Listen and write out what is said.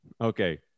okay